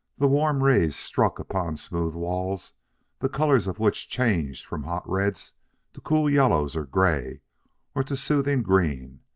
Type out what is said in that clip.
the warm rays struck upon smooth walls the color of which changed from hot reds to cool yellow or gray or to soothing green,